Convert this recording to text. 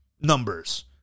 numbers